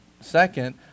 Second